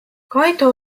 kaido